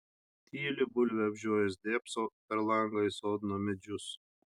tyli bulvę apžiojęs dėbso per langą į sodno medžius